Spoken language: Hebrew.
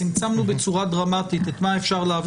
צמצמנו בצורה דרמטית את מה אפשר להעביר.